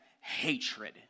hatred